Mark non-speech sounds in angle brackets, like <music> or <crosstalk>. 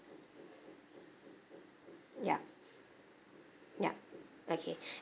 yup yup okay <breath>